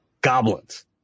goblins